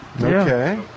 Okay